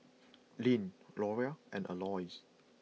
Lyn Loria and Aloys